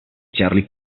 charlie